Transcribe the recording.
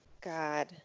God